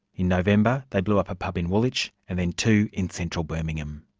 in november, they blew up a pub in woolwich, and then two in central birmingham.